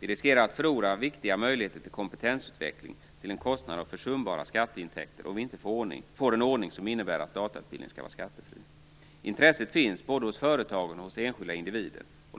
Vi riskerar att förlora viktiga möjligheter till kompetensutveckling till en kostnad av försumbara skatteintäkter om inte vi får en ordning som innebär att datautbildning skall vara skattefri. Intresset finns både hos företagen och hos enskilda individer.